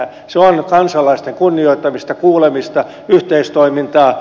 se on kansalaisten kunnioittamista kuulemista yhteistoimintaa